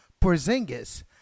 Porzingis